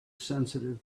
sensitive